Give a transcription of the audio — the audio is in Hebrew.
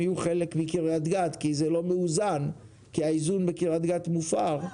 יהיו חלק מקרית גת כי זה לא מאוזן כי האיזון בקרית גת מופר',